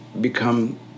become